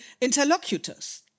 interlocutors